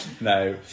No